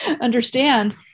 understand